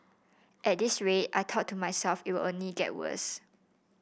at this rate I thought to myself it will only get worse